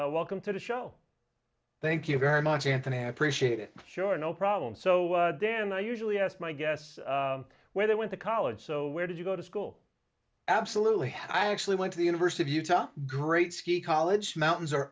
welcome to the show thank you very much anthony appreciate it sure no problem so dan i usually ask my guests where they went to college so where did you go to school absolutely i actually went to the university of utah great ski college mountains are